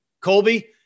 Colby